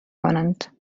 کنند